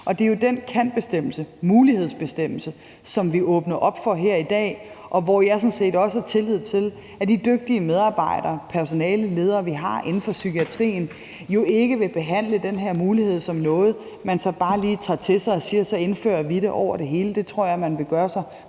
og det er jo den »kan«-bestemmelse, mulighedsbestemmelse, som vi åbner op for her i dag, og hvor jeg sådan set også har tillid til, at de dygtige medarbejdere – personale, ledere – vi har inden for psykiatrien, jo ikke vil behandle den her mulighed som noget, man så bare lige tager til sig og siger: Så indfører vi det over det hele. Det tror jeg man vil gøre sig